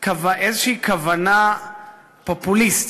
כוונה פופוליסטית,